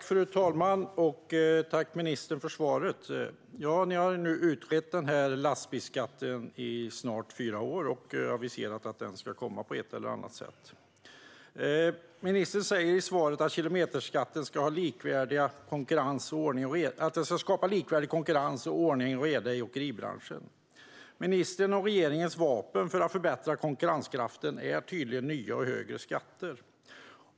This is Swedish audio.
Fru talman! Jag tackar ministern för svaret. Ni har utrett en lastbilsskatt i snart fyra år och aviserat att en sådan ska införas på ett eller annat sätt. Ministern säger i svaret att kilometerskatten ska skapa likvärdig konkurrens och ordning och reda i åkeribranschen. Ministerns och regeringens vapen för att förbättra konkurrenskraften är tydligen nya och högre skatter.